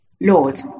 Lord